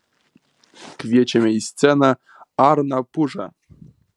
kviečiame į sceną arną pužą